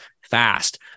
fast